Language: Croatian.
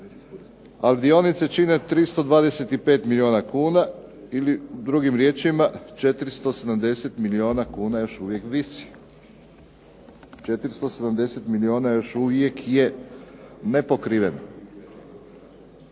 ali dionice čine 325 milijuna kuna ili drugim riječima 470 milijuna kuna još uvijek visi, 470 milijuna još uvijek je nepokriveno.